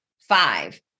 five